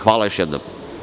Hvala još jednom.